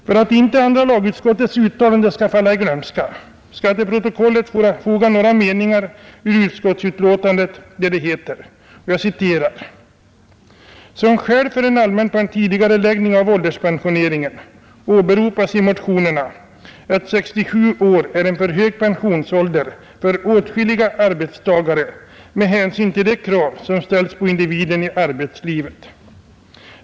För att inte andra lagutskottets uttalande skall falla i glömska skall jag — Nr 44 till protokollet foga några meningar ur utskottsutlåtandet, där det heter: Onsdagen den ”Som skäl för en allmän tidigareläggning av ålderspensioneringen 17 mars 1971 åberopas att 67 år är en för hög pensionsålder för åtskilliga arbetstagare med hänsyn till de krav som ställs på individen i arbetslivet.